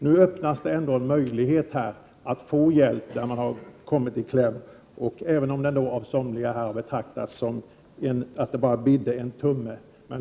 Nu öppnas en möjlighet att få hjälp när man har kommit i kläm, även om det av somliga här betraktas som att det ”bara bidde en tumme”.